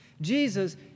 Jesus